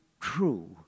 true